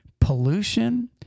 pollution